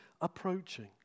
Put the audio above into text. approaching